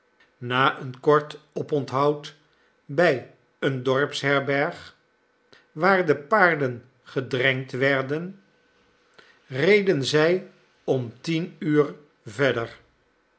na een kort oponthoud bij een dorpsherberg waar de paarden gedrenkt werden reden zij om tien uur verder